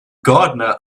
gardener